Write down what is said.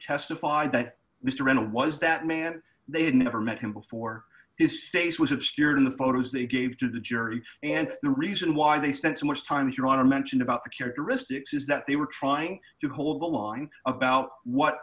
testified that mr wrenn was that man they had never met him before his face was obscured in the photos they gave to the jury and the reason why they spent so much time as you want to mention about the characteristics is that they were trying to hold the line about what